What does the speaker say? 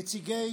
נציגי